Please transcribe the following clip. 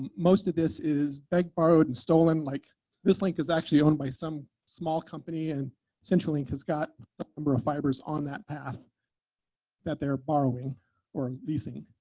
most of this is begged, borrowed, and stolen. like this link is actually owned by some small company and centurylink has got a number of fibers on that path that they're borrowing or leasing.